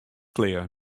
klear